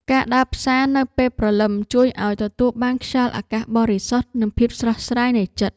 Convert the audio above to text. ការដើរផ្សារនៅពេលព្រលឹមជួយឱ្យទទួលបានខ្យល់អាកាសបរិសុទ្ធ និងភាពស្រស់ស្រាយនៃចិត្ត។